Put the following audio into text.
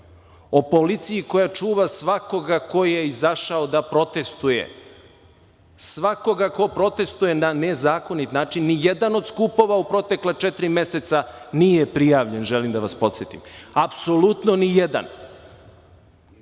o policiji koja čuva svakoga ko je izašao da protestuje, svakoga ko protestuje na nezakonit način. Nijedan od skupova u protekla četiri meseca nije prijavljen, želim da vas podsetim, apsolutno nijedan.